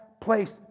place